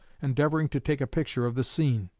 endeavoring to take a picture of the scene.